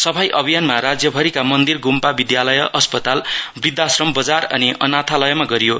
सफाई अभियान राज्यभरिका मन्दिर गुम्पा विद्यालय अस्पताल वृद्वाश्रम बजार अनि अनाथालयमा गरियो